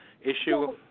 issue